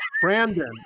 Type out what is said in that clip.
Brandon